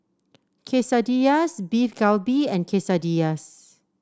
Quesadillas Beef Galbi and Quesadillas